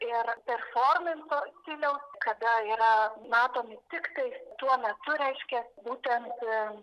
ir performanso stiliaus kada yra matomi tiktais tuo metu reiškia būtent